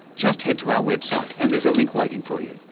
just head to our website and there's a link waiting for you.